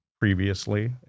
previously